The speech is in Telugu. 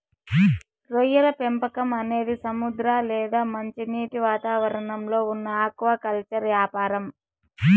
రొయ్యల పెంపకం అనేది సముద్ర లేదా మంచినీటి వాతావరణంలో ఉన్న ఆక్వాకల్చర్ యాపారం